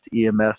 EMS